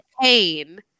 pain